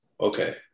okay